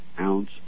ounce